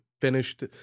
finished